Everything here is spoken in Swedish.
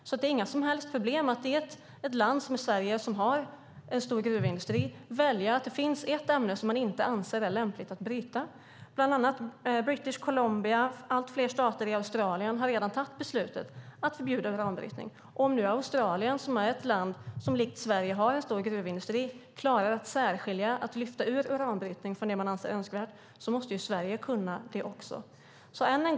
Det är alltså inga som helst problem för ett land som har en stor gruvindustri, som Sverige, att säga att det finns ett ämne som man inte anser är lämpligt att bryta. Bland annat British Columbia och allt fler stater i Australien har redan tagit beslutet att förbjuda uranbrytning. Om nu Australien, som likt Sverige har en stor gruvindustri, klarar att lyfta ur uranbrytning från det man anser är önskvärt måste Sverige också kunna det.